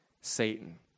Satan